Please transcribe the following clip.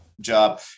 job